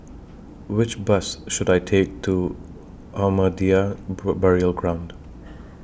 Which Bus should I Take to Ahmadiyya Burial Ground